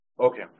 Okay